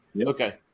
Okay